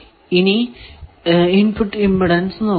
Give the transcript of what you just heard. ഇനി input impedance നോക്കാം